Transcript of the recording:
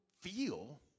feel